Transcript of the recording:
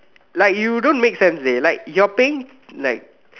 like you don't make sense like you're paying like